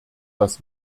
das